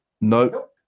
Nope